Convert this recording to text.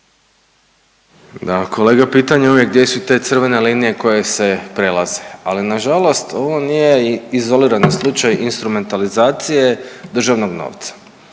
Kolega pitanje je uvijek gdje su te crvene linije koje se prelaze, ali nažalost ovo nije izolirani slučaj instrumentalizacije državnog novca.